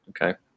Okay